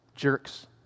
jerks